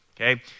okay